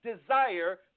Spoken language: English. desire